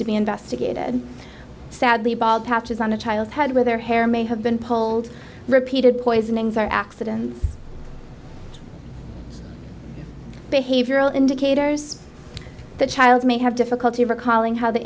to be investigated sadly bald patches on a child's head with their hair may have been polled repeated poisonings are accident behavioral indicators the child may have difficulty recalling how the